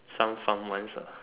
some farm once ah